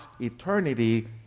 eternity